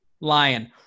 Lion